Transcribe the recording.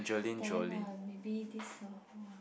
then uh maybe this a who ah